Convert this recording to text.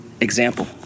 example